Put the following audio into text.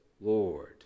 Lord